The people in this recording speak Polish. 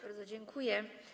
Bardzo dziękuję.